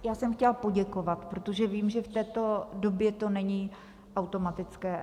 Já jsem chtěla poděkovat, protože vím, že v této době to není automatické.